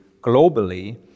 globally